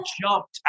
jumped